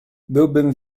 byłbym